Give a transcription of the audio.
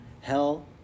hell